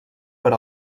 per